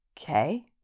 Okay